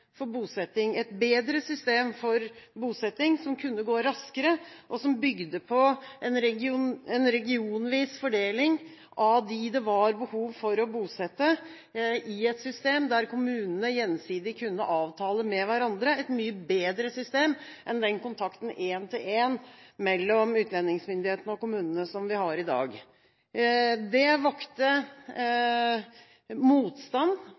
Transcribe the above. for bosetting, et bedre system som kunne gå raskere, og som bygde på en regionvis fordeling av dem det var behov for å bosette, i et system der kommunene gjensidig kunne avtale med hverandre – et mye bedre system enn den en-til-en-kontakten mellom utlendingsmyndighetene og kommunene som vi har i dag. Det vakte motstand